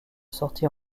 sortie